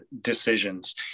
decisions